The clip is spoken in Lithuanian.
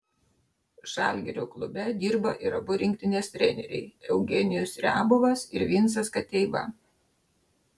žalgirio klube dirba ir abu rinktinės treneriai eugenijus riabovas ir vincas kateiva